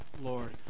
Lord